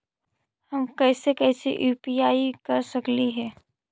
हम कैसे कैसे यु.पी.आई कर सकली हे?